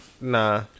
nah